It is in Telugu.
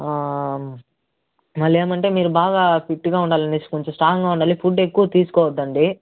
మళ్ళేమంటే మీరు బాగా ఫిట్గా ఉండాలి కొంచెం స్ట్రాంగ్గా ఉండాలి ఫుడ్ ఎక్కువ తీసుకోద్దండి